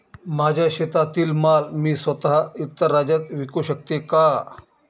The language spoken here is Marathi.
माझ्या शेतातील माल मी स्वत: इतर राज्यात विकू शकते का?